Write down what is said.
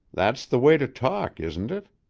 that's the way to talk, isn't it?